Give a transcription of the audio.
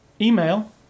Email